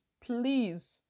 please